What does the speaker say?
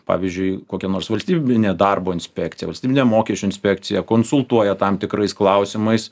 pavyzdžiui kokia nors valstybinė darbo inspekcija valstybinė mokesčių inspekcija konsultuoja tam tikrais klausimais